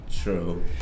True